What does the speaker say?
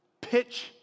Pitch